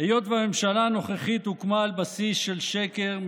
היות שהממשלה הנוכחית הוקמה על בסיס של שקר,